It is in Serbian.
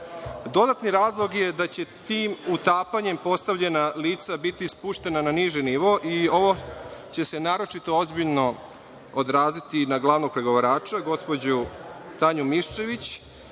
Dodatni razlog je da će u tim utapanjem postavljena lica biti spuštena na niži nivo i ovo će se naročito ozbiljno odraziti na glavnog pregovarača, gospođu Tanju Miščević,